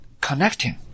connecting